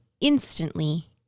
instantly